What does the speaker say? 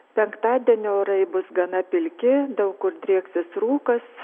penktadienį orai bus gana pilki daug kur drieksis rūkas